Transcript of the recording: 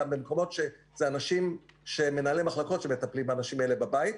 אלא במקומות שאלה אנשים שמנהלי מחלקות שמטפלים באנשים האלה בבית.